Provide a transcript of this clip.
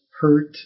hurt